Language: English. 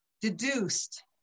deduced